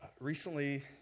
Recently